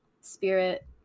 spirit